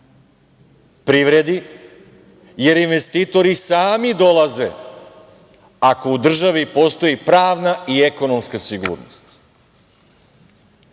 privredi, jer investitori sami dolaze ako u državi postoji pravna i ekonomska sigurnost“.